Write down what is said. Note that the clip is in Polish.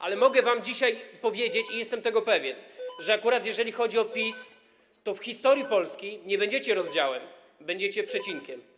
Ale mogę wam dzisiaj powiedzieć i jestem tego pewien, że akurat jeżeli chodzi o PiS, to w historii polskiej nie będziecie rozdziałem - będziecie przecinkiem.